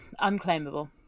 Unclaimable